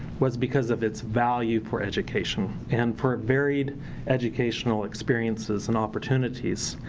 was because of it's value for education. and for varied educational experiences and opportunities.